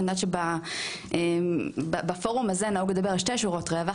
אני יודעת שבפורום הזה נהוג לדבר על שתי שורות רווח,